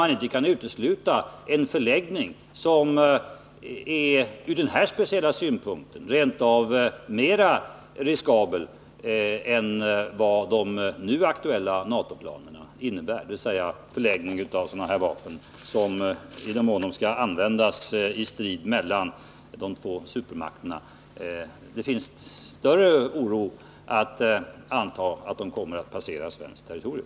Man kan f. ö. inte utesluta en förläggning som från den här speciella synpunkten rent av är mera riskabel än de nu aktuella NATO-planerna, en förläggning som innebär att det —i den mån vapnen skall användas i strid mellan de två supermakterna — finns större anledning att anta att de kommer att passera svenskt territorium.